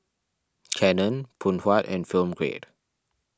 Canon Phoon Huat and Film Grade